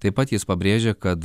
taip pat jis pabrėžė kad